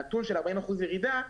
הנתון של 40 אחוזים ירידה,